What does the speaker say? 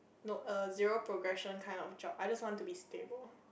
no err zero progression kind of job I just want to be stable